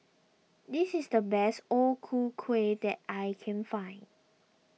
this is the best O Ku Kueh that I can find